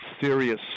serious